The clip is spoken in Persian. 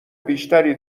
بیشتری